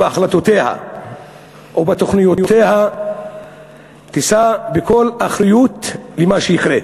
בהחלטותיה ובתוכניותיה תישא בכל אחריות למה שיקרה.